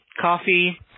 coffee